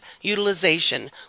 utilization